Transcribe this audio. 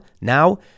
Now